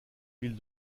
ville